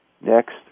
Next